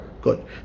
Good